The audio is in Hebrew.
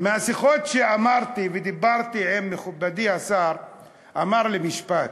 מהשיחות שאמרתי ודיברתי עם מכובדי השר הוא אמר לי משפט,